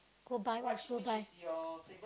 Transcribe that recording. goodbye what's goodbye